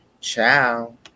ciao